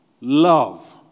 love